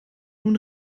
nun